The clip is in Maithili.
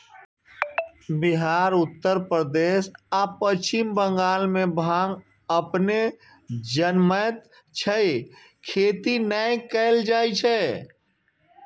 बिहार, उत्तर प्रदेश आ पश्चिम बंगाल मे भांग अपने जनमैत छै, खेती नै कैल जाए छै